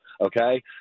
Okay